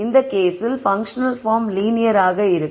இந்த கேஸில் functional form linear ஆக இருக்கும்